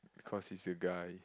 because he's a guy